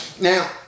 Now